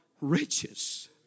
riches